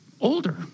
older